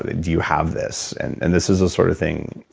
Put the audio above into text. ah do you have this? and and this is a sort of thing.